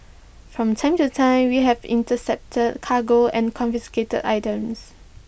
from time to time we have intercepted cargo and confiscated items